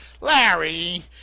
Larry